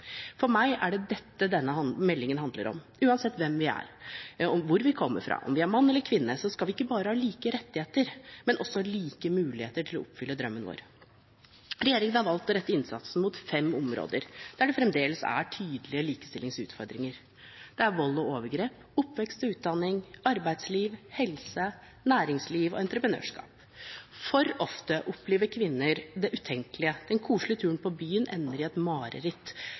For meg er det dette denne meldingen handler om. Uansett hvem vi er, hvor vi kommer fra, om vi er mann eller kvinne, skal vi ikke bare ha like rettigheter, men også like muligheter til å oppfylle drømmene våre. Regjeringen har valgt å rette innsatsen mot fem områder der det fremdeles er tydelige likestillingsutfordringer: vold og overgrep oppvekst og utdanning arbeidsliv helse næringsliv og entreprenørskap Altfor ofte opplever kvinner det utenkelige. Den koselige turen på byen ender i et mareritt,